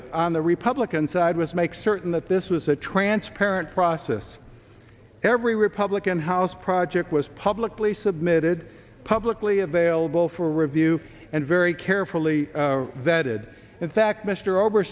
it on the republican side was make certain that this was a transparent process every republican house project was publicly submitted publicly available for review and very carefully vetted in fact mr ober